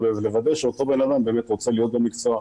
לוודא שאותו בן אדם באמת רוצה להיות במקצוע,